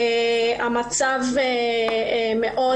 המצב בתעסוקת נשים מדאיג